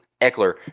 Eckler